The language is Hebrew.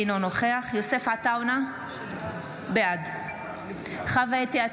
אינו נוכח יוסף עטאונה, בעד חוה אתי עטייה,